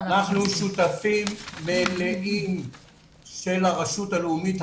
אנחנו שותפים מלאים של הרשות הלאומית,